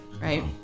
right